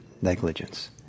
negligence